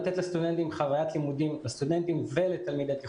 לתת לסטודנטים ולתלמידי תיכון,